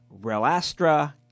Relastra